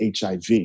HIV